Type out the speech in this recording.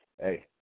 hey